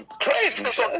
Crazy